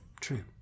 True